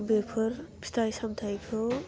बेफोर फिथाइ सामथाइखौ